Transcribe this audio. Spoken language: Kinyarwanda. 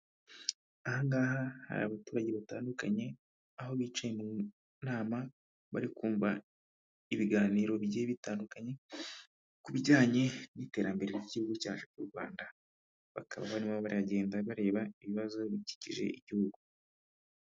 Aha ngaha hari abaturage batandukanye, aho bicaye mu nama, bari kumva ibiganiro bigiye bitandukanye, ku bijyanye n'iterambere ry'igihugu cyacu cy'u Rwanda. Bakaba barimo baragenda bareba ibibazo bikikije igihugu.